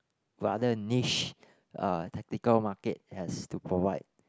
rather niche uh tactical market has to provide